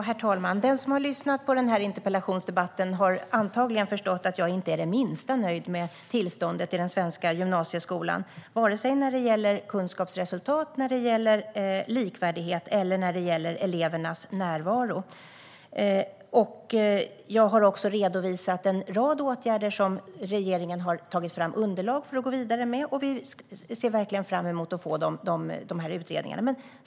Herr talman! Den som har lyssnat på den här interpellationsdebatten har antagligen förstått att jag inte är det minsta nöjd med tillståndet i den svenska gymnasieskolan, vare sig när det gäller kunskapsresultat, likvärdighet eller elevernas närvaro. Jag har också redovisat en rad åtgärder som regeringen har tagit fram underlag för att gå vidare med. Vi ser verkligen fram emot att få de utredningarna.